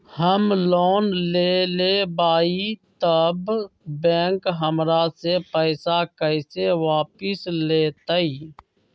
हम लोन लेलेबाई तब बैंक हमरा से पैसा कइसे वापिस लेतई?